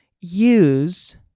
use